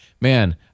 man